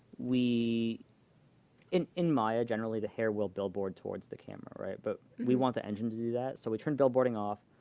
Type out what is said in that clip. we in in maya, generally the hair will billboard toward the camera right? but we want the engine to do that. so we turned billboarding off,